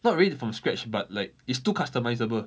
not really from scratch but like it's two customizable